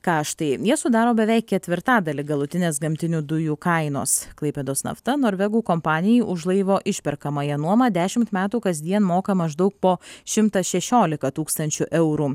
kaštai sudaro beveik ketvirtadalį galutinės gamtinių dujų kainos klaipėdos nafta norvegų kompanijai už laivo išperkamąją nuomą dešimt metų kasdien moka maždaug po šimtą šešiolika tūkstančių eurų